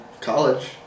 college